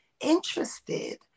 interested